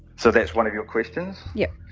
so that's one of your questions? yep.